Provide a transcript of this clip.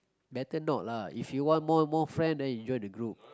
better not lah if you want more more friend then you join the group